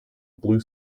blue